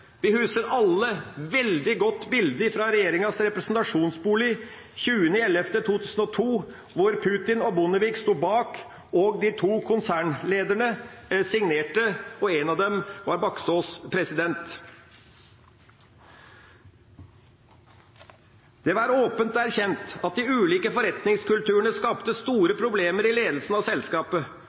Vi husker alle veldig godt bildet fra regjeringens representasjonsbolig 12. november 2002, hvor Putin og Bondevik sto bak, og de to konsernlederne signerte, og en av dem var Baksaas. Det var åpent erkjent at de ulike forretningskulturene skapte store problemer i ledelsen av selskapet,